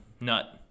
nut